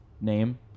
name